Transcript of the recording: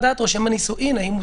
ורושם הנישואין צריך לדעת האם הוא